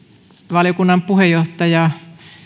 valiokunnan puheenjohtaja